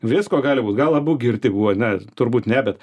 visko gali būt gal abu girti buvo ne turbūt ne bet